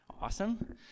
awesome